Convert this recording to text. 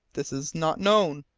this is not known.